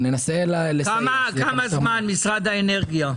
כמה זמן, משרד האנרגיה?